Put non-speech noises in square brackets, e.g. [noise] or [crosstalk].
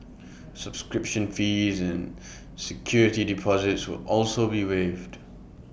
[noise] subscription fees and [noise] security deposits will also be waived